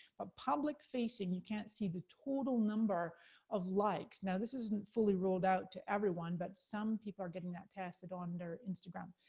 but public facing, you can't see the total number of likes. now this isn't fully rolled out to everyone, but some people are getting that casted on their instagram.